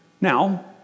Now